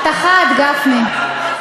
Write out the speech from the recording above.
אתה חד, גפני.